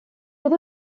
oedd